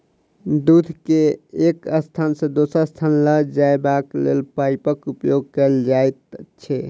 दूध के एक स्थान सॅ दोसर स्थान ल जयबाक लेल पाइपक उपयोग कयल जाइत छै